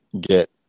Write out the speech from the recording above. get